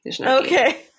Okay